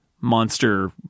monster